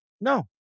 No